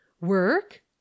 work